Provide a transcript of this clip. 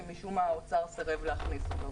ומשום מה האוצר סירב להכניס אותו.